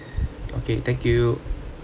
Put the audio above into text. okay thank you